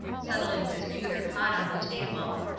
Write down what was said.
settling his pewter pot on the table.